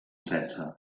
setze